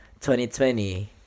2020